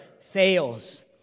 fails